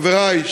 חברי,